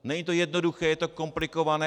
Není to jednoduché, je to komplikované.